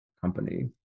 company